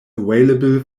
available